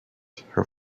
her